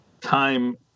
time